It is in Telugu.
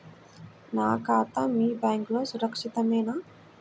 నా ఖాతా మీ బ్యాంక్లో సురక్షితమేనా?